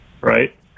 right